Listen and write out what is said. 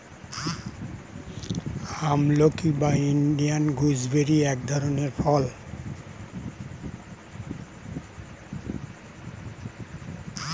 আমলকি বা Indian gooseberry এক ধরনের ফল